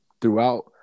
throughout